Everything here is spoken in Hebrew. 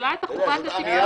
שכללה את חובת התיקוף.